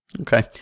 Okay